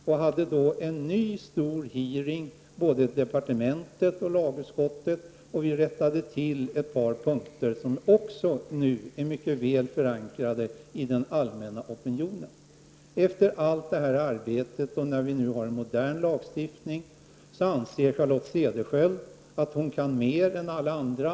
Vi genomförde en stor utfrågning både i departementet och i lagutskottet och vi rättade till lagen på ett par punkter, och de är också mycket väl förankrade hos den allmänna opinionen. Då vi nu har en modern lagstiftning efter allt detta arbete, anser Charlotte Cederschiöld att hon kan mer än alla andra.